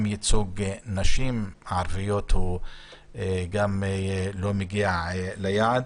גם ייצוג הנשים הערביות לא מגיע ליעד.